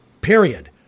period